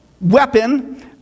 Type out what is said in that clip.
weapon